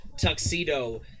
tuxedo